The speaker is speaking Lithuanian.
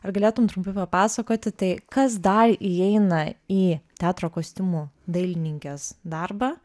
ar galėtum trumpai papasakoti tai kas dar įeina į teatro kostiumų dailininkės darbą